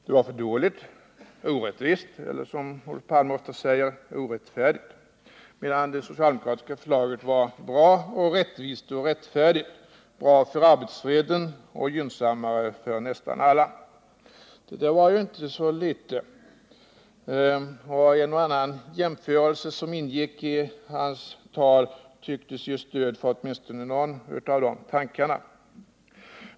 Det var, som Olof Palme sade, dåligt, orättvist och orättfärdigt medan det socialdemokratiska förslaget var bra, rättvist och rättfärdigt — bra för arbetsfreden och gynnsammare för nästan alla. Han tog alltså till ganska ordentligt, och en och annan jämförelse som ingick i hans framställning tycktes ge stöd för åtminstone någon av de här tankarna.